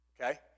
okay